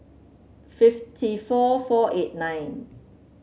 fifty four four eight nine